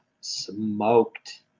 smoked